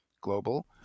global